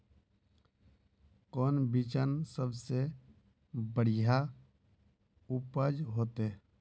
कौन बिचन सबसे बढ़िया उपज होते?